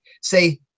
say